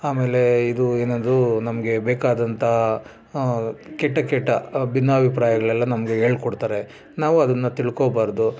ಆಮೇಲೆ ಇದು ಏನದು ನಮಗೆ ಬೇಕಾದಂಥ ಕೆಟ್ಟ ಕೆಟ್ಟ ಭಿನ್ನಾಬಿಪ್ರಾಯಗಳೆಲ್ಲ ನಮಗೆ ಹೇಳ್ಕೊಡ್ತಾರೆ ನಾವು ಅದನ್ನು ತಿಳ್ಕೊಬಾರದು